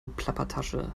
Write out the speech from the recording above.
plappertasche